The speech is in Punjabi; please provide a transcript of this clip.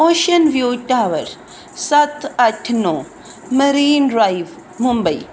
ਓਸ਼ੀਅਨ ਵਿਊ ਟਾਵਰ ਸੱਤ ਅੱਠ ਨੌ ਮਰੀਨ ਡਰਾਈਵ ਮੁੰਬਈ